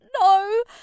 no